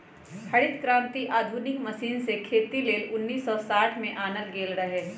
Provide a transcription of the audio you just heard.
हरित क्रांति आधुनिक मशीन से खेती लेल उन्नीस सौ साठ में आनल गेल रहै